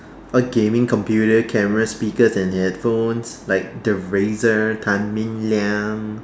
or gaming computer cameras speakers and headphones like the Razer Tan-min-liang